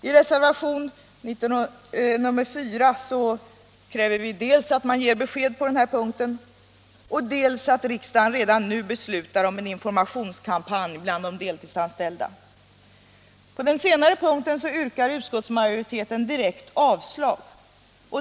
I reservation nr 4 kräver vi dels att man ger besked på den här punkten, dels att riksdagen redan nu beslutar om en informationskampanj bland de deltidsanställda. På den senare punkten yrkar utskottsmajoriteten direkt avslag.